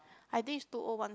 I think is two O one